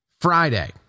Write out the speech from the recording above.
Friday